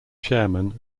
chairman